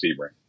Sebring